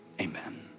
amen